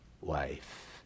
wife